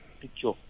picture